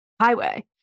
highway